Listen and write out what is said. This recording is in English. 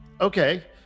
Okay